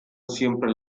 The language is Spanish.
siempre